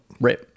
Right